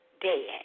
dead